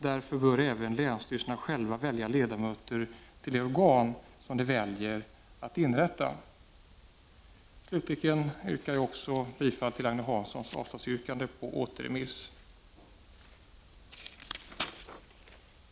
Därför bör även länsstyrelserna själva välja ledamöter till de organ som de väljer att inrätta.” Slutligen yrkar jag också bifall till Agne Hanssons yrkande om avslag på återremissförslaget.